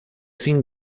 sin